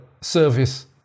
service